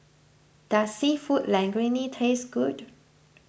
does Seafood Linguine taste good